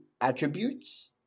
attributes